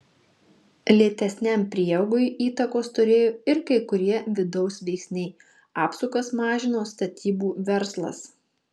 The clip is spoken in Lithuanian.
lėtesniam prieaugiui įtakos turėjo ir kai kurie vidaus veiksniai apsukas mažino statybų verslas